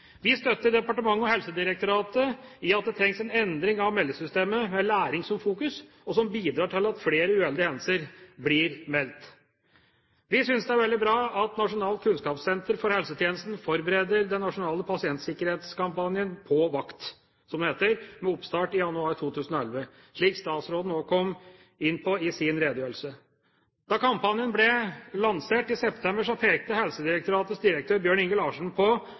Vi støtter departementet og Helsedirektoratet i at det trengs en endring av meldesystemet, med læring i fokus, og som bidrar til at flere uheldige hendelser blir meldt. Vi synes det er veldig bra at Nasjonalt kunnskapssenter for helsetjenesten forbereder den nasjonale pasientsikkerhetskampanjen «På vakt» – som den heter – med oppstart i januar 2011, som statsråden nevnte i sin redegjørelse. Da kampanjen ble lansert i september, pekte Helsedirektoratets direktør, Bjørn Inge Larsen, på